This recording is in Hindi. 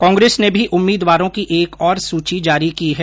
कांग्रेस ने भी उम्मीदवारों की एक और सूची जारी की है